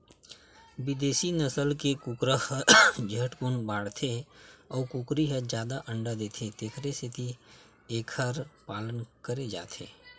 बिदेसी नसल के कुकरा ह झटकुन बाड़थे अउ कुकरी ह जादा अंडा देथे तेखर सेती एखर पालन करे जाथे